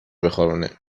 بخارونه